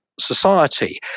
society